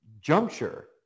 juncture